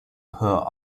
her